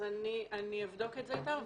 אני אבדוק את זה איתם.